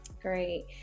Great